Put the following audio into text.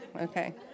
Okay